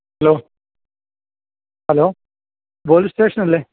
law hello police സ്റ്റേഷനല്ലേ